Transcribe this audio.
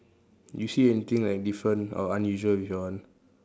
you see anything like different or unusual with your one